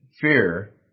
fear